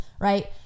right